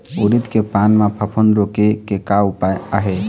उरीद के पान म फफूंद रोके के का उपाय आहे?